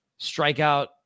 strikeout